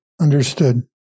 Understood